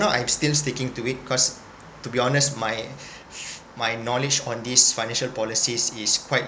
now I'm still sticking to it cause to be honest my my knowledge on these financial policies is quite